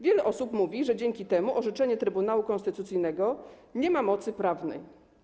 Wiele osób mówi, że dzięki temu orzeczenie Trybunału Konstytucyjnego nie ma mocy prawnej.